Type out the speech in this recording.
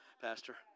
pastor